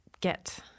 get